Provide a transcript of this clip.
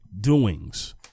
doings